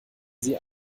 sie